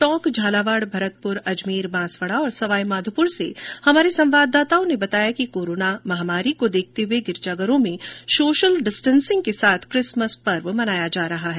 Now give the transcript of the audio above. टोंक झालावाड़ भरतपुर अजमेर बांसवाड़ा और सवाईमाधोपुर से हमारे संवाददाताओं ने बताया कि कारोना को देखते हुये गिरजाघरों में सोशल डिस्टेंसिंग के साथ किसमस पर्व मनाया जा रहा है